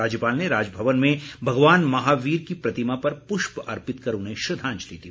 राज्यपाल ने राजभवन में भगवान महावीर की प्रतिमा पर पुष्प अर्पित कर उन्हें श्रद्वांजलि दी